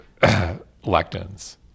lectins